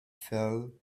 fell